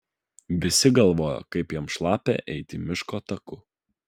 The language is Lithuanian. visi galvojo kaip jam šlapia eiti miško taku